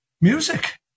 music